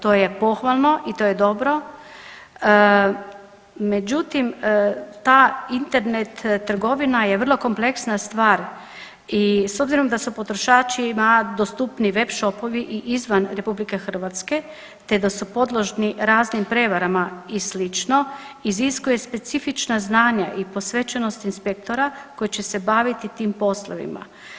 To je pohvalno i to je dobro, međutim ta Internet trgovina je vrlo kompleksna stvar i s obzirom da su potrošačima dostupniji web shopovi i izvan RH te da su podložni raznim prevarama i sl. iziskuje specifična znanja i posvećenost inspektora koji će se baviti tim poslovima.